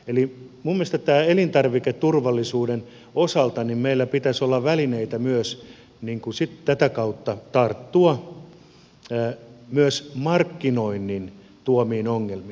eli minun mielestäni tämän elintarviketurvallisuuden osalta meillä pitäisi olla välineitä myös tätä kautta tarttua markkinoinnin tuomiin ongelmiin